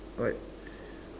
what's